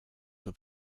were